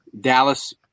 Dallas